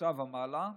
קופסה ומעלה,